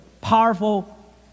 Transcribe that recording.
powerful